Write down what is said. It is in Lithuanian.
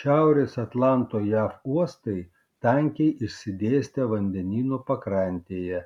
šiaurės atlanto jav uostai tankiai išsidėstę vandenyno pakrantėje